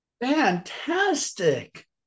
Fantastic